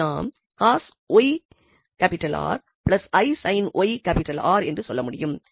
அங்கு நாம் cos 𝑦𝑅 𝑖 sin 𝑦𝑅 என்று சொல்ல முடியும்